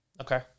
Okay